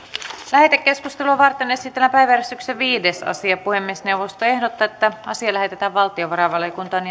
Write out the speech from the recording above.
lähetekeskustelua varten esitellään päiväjärjestyksen viides asia puhemiesneuvosto ehdottaa että asia lähetetään valtiovarainvaliokuntaan